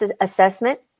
assessment